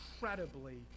incredibly